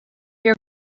your